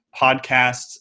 podcasts